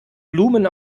blumen